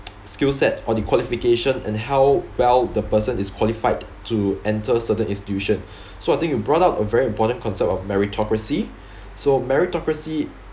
skill set or the qualification and how well the person is qualified to enter certain institution so I think you brought up a very important concept of meritocracy so meritocracy